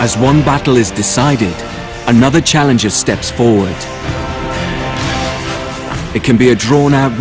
as one battle is decided another challenge is steps for it it can be a drawn out